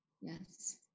Yes